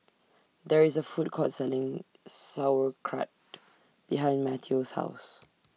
There IS A Food Court Selling Sauerkraut behind Matteo's House